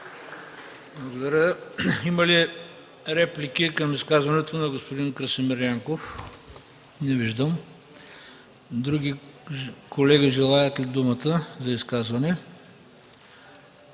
Благодаря. Има ли реплики към изказването на господин Красимир Янков? Не виждам. Други колеги желаят ли думата за изказване?